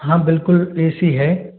हाँ बिल्कुल A C है